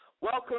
Welcome